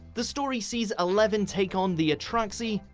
the story sees eleven take on the atraxi,